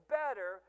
better